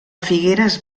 figueres